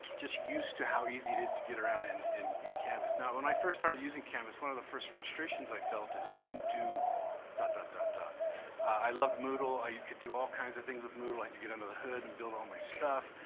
just used to how easy it is to get around in in canvas. now, when i first started using canvas one of the first frustrations i felt is it didn't do dot-dot-dot-dot. but i loved moodle. i could do all kinds of things with moodle. i could get under the hood and build all my stuff.